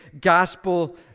gospel